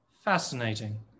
fascinating